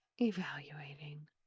Evaluating